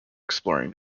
exploring